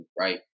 right